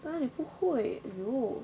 哪里不会 !aiyo!